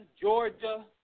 Georgia